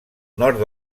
nord